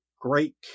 great